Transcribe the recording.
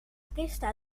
aquesta